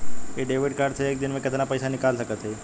इ debit card से एक दिन मे कितना पैसा निकाल सकत हई?